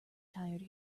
tired